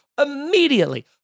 Immediately